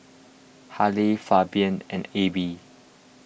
Harlie Fabian and A B